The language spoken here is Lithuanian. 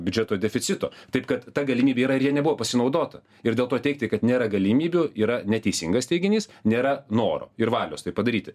biudžeto deficito taip kad ta galimybė yra ir ja nebuvo pasinaudota ir dėl to teigti kad nėra galimybių yra neteisingas teiginys nėra noro ir valios tai padaryti